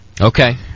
Okay